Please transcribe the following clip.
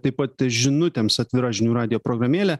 taip pat žinutėms atvira žinių radijo programėlė